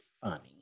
funny